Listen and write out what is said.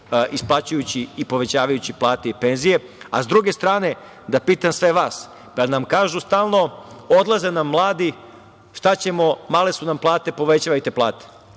isplaćujući i povećavajući plate i penzije.S druge strane da pitam sve vas – pa jel nam kažu stalno odlaze nam mladi, šta ćemo male su nam plate, povećavajte plate.